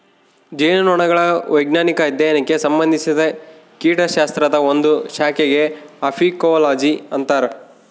ಜೇನುನೊಣಗಳ ವೈಜ್ಞಾನಿಕ ಅಧ್ಯಯನಕ್ಕೆ ಸಂಭಂದಿಸಿದ ಕೀಟಶಾಸ್ತ್ರದ ಒಂದು ಶಾಖೆಗೆ ಅಫೀಕೋಲಜಿ ಅಂತರ